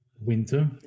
winter